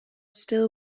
still